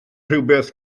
rhywbeth